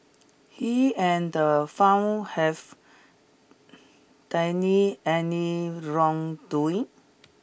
he and the found have deny any wrongdoing